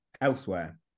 elsewhere